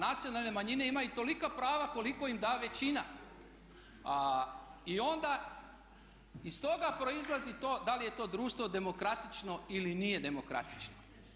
Nacionalne manjine imaju tolika prava koliko im da većina i onda iz toga proizlazi to da li je to društvo demokratično ili nije demokratično.